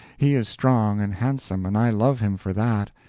he is strong and handsome, and i love him for that,